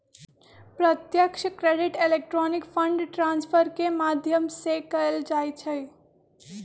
प्रत्यक्ष credit electronic fund transfer के माध्यम से कएल जाइ छइ